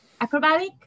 Acrobatic